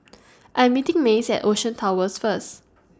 I'm meeting Mace At Ocean Towers First